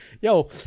Yo